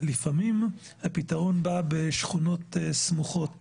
ולפעמים הפתרון בא בצורת שכונות סמוכות